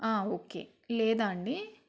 okay లేదా అండి